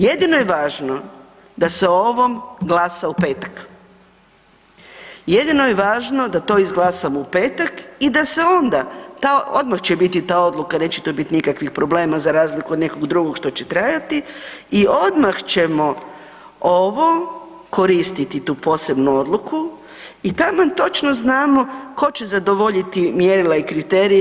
Jedino je važno da se o ovom glasa u petak, jedino je važno da to izglasamo u petak i da se onda, odmah će biti ta odluka neće to biti nikakvih problema za razliku od nekog drugog što će trajati i odmah ćemo ovo koristiti tu posebnu odluku i taman točno znamo tko će zadovoljiti mjerila i kriterije.